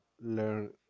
learn